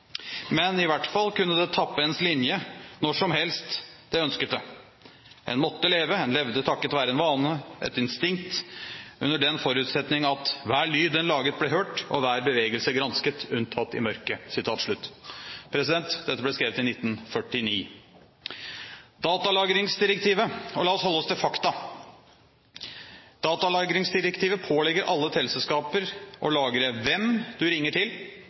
Men i hvertfall kunne det tappe ens linje når som helst det ønsket det. En måtte leve – en levde takket være en vane som ble et instinkt – under den forutsetning at hver lyd en laget ble hørt, og hver bevegelse gransket, unntatt i mørke.» Dette ble skrevet i 1949. Datalagringsdirektivet – og la oss holde oss til fakta – pålegger alle teleselskaper å lagre hvem du ringer til,